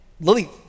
Lily